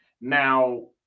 Now